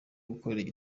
gukorera